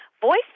voice